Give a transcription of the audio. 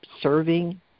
serving